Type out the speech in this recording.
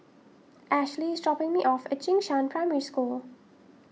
Ashely is dropping me off at Jing Shan Primary School